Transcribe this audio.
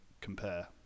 compare